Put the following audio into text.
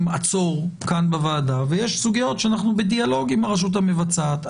"עצור" כאן בוועדה ויש סוגיות שאנחנו בדיאלוג עם הרשות המבצעת.